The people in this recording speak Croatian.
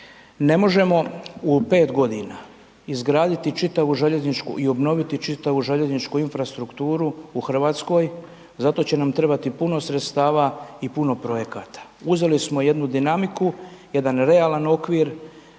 ne možemo u 5 godina izgraditi čitavu željezničku i obnoviti čitavu željezničku infrastrukturu u Hrvatskoj. Za to će nam trebati puno sredstava i puno projekata. Uzeli smo jednu dinamiku, jedan realan okvir